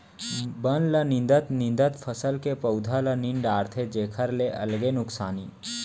बन ल निंदत निंदत फसल के पउधा ल नींद डारथे जेखर ले अलगे नुकसानी